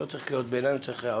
לא צריך קריאות ביניים והערות.